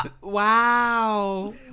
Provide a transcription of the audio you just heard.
Wow